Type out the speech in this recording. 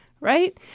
Right